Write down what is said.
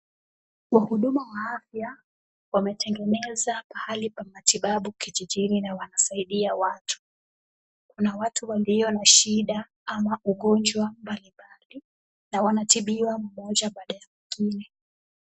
Wahudumu wa afya wametengeneza pahali pa matibabu kijijini na wanasaidia watu. Kuna watu walio na shida ama ugonjwa mbalimbali na wanatibiwa mmoja baada ya mwingine.